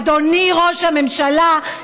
אדוני ראש הממשלה,